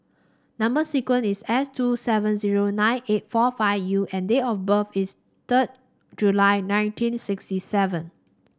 number sequence is S two seven zero nine eight four five U and date of birth is third July nineteen sixty seven